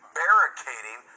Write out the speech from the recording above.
barricading